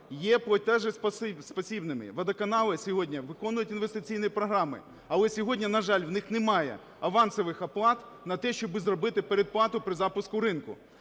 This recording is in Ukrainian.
є платіжоспосібними. Водоканали сьогодні виконують інвестиційні програми, але сьогодні, на жаль, в них немає авансових оплат на те, щоби зробити передплату при запуску ринку.